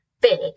big